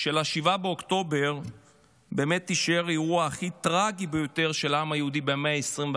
של ה-7 באוקטובר באמת יישאר אירוע הכי טרגי של העם היהודי במאה ה-21,